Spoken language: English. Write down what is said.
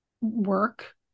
work